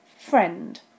friend